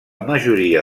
majoria